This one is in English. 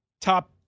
top